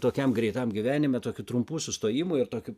tokiam greitam gyvenime tokių trumpų sustojimų ir tokio